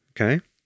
Okay